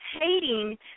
hating